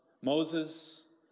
Moses